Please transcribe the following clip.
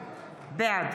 בעד